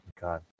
god